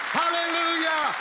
hallelujah